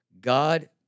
God